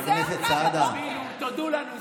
תודו לנו,